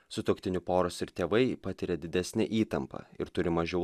sutuoktinių poros ir tėvai patiria didesnę įtampą ir turi mažiau